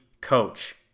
coach